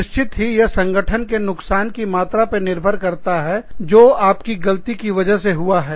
निश्चित ही यह संगठन के नुकसान की मात्रा पर निर्भर करता है जो आपकी गलती की वजह से हुआ है